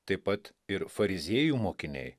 taip pat ir fariziejų mokiniai